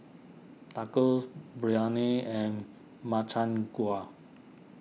Tacos Biryani and Makchang Gui